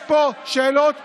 יש פה שאלות פשוטות.